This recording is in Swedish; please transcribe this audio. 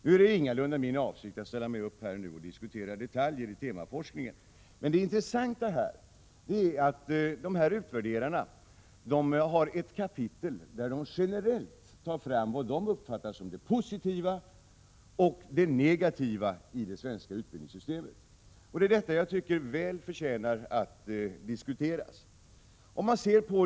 Det är ingalunda min avsikt att ställa mig upp här och diskutera detaljer i temaforskningen, men det intressanta är att dessa utvärderare har skrivit ett kapitel där de generellt tar fram vad de uppfattar som positivt och negativt i det svenska utbildningssystemet. Det är detta som jag tycker väl förtjänar att diskuteras.